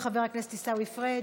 חבר הכנסת עיסאווי פריג',